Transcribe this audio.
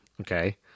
Okay